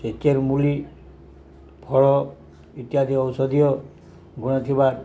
ସେଚର୍ ମୁଳି ଫଳ ଇତ୍ୟାଦି ଔଷଧୀୟ ଗୁଣଥିବା